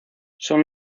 son